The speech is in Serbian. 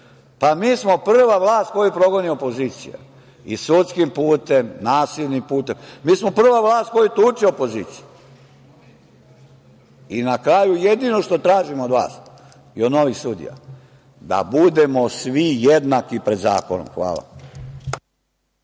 Mi smo prva vlast koju progoni opozicija i sudskim putem i nasilnim putem. Mi smo prva vlast koju tuče opozicija. Na kraju, jedino što tražim od vas i od novih sudija, da budemo svi jednaki pred zakonom. Hvala.